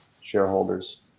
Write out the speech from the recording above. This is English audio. shareholders